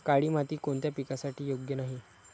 काळी माती कोणत्या पिकासाठी योग्य नाही?